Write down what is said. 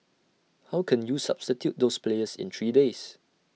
how can you substitute those players in three days